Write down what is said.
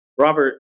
Robert